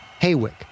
Haywick